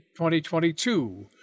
2022